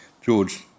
George